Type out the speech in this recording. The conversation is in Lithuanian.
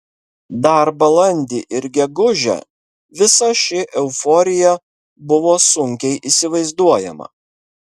dar balandį ir gegužę visa ši euforija buvo sunkiai įsivaizduojama